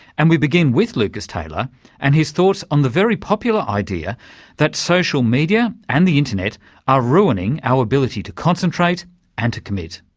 and we begin with lucas taylor and his thoughts on the very popular idea that social media and the internet are ruining our ability to concentrate and to commit.